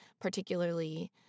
particularly